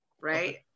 right